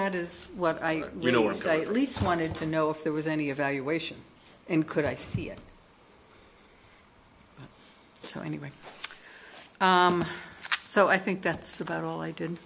that is what i you know what state lease wanted to know if there was any evaluation and could i see it anyway so i think that's about all i did